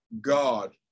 God